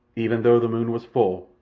even though the moon was full,